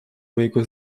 mojego